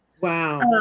Wow